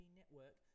network